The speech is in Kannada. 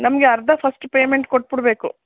ನಮಗೆ ಅರ್ಧ ಫಸ್ಟ್ ಪೇಮೆಂಟ್ ಕೊಟ್ಬಿಡ್ಬೇಕು